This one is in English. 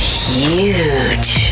huge